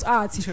art